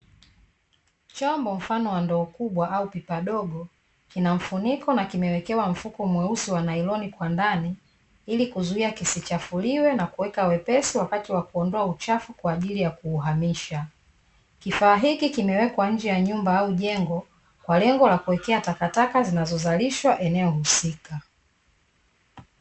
Chombo mfano wa ndoo kubwa au pipa dogo kina mfuniko na kimewekewa mfuko mweusi wa nailoni kwa ndani ilikuzuia kisichafuliwe na kuweka wepesi wakati wa kuondoa uchafu kwa ajili ya kuuhamisha. Kifaa hiki kimewekwa nje ya nyumba au jengo kwa lengo la kuwekea takataka zinazo zalishwa eneo husika.